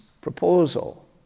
proposal